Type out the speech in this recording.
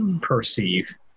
perceive